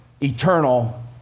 eternal